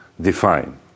define